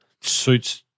suits